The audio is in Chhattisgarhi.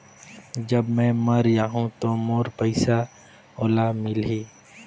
जब मै मर जाहूं तो मोर पइसा ओला मिली?